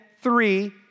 three